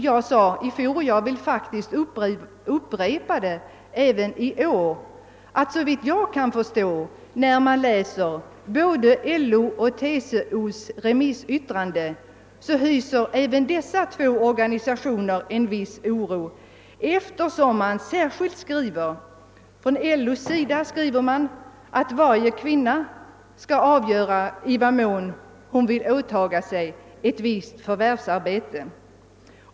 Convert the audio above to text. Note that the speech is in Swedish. Jag sade i fjol, och jag vill faktiskt upprepa det även i år, att såvitt jag kan förstå — vid läsning av både LO:s och TCO:s remissyttranden — hyser även dessa två organisationer viss oro, eftersom de särskilt berör denna fråga i sina remissyttranden. LO skriver att det skall vara kvinnans sak att avgöra i vad mån hon vill åtaga sig ett visst förvärvsarbete.